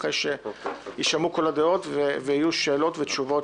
אחרי שיישמעו כל הדעות ויהיו שאלות ותשובות